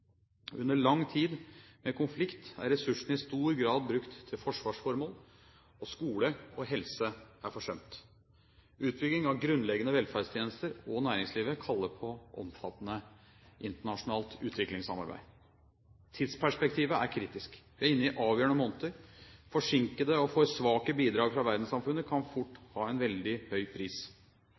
Under lang tid med konflikt er ressursene i stor grad brukt til forsvarsformål, og skole og helse er forsømt. Utbygging av grunnleggende velferdstjenester og næringslivet kaller på omfattende internasjonalt utviklingssamarbeid. Tidsperspektivet er kritisk. Vi er inne i avgjørende måneder. Forsinkede og for svake bidrag fra verdenssamfunnet kan fort ha en veldig høy pris.